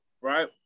right